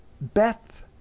Beth